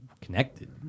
Connected